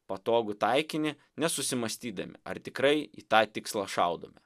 patogų taikinį nesusimąstydami ar tikrai į tą tikslą šaudome